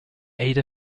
ada